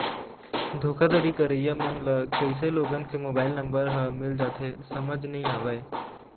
धोखाघड़ी करइया मन ल कइसे लोगन के मोबाईल नंबर ह मिल जाथे समझ नइ आवय